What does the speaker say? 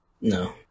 No